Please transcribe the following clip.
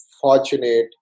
fortunate